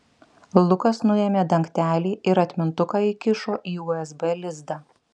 lukas nuėmė dangtelį ir atmintuką įkišo į usb lizdą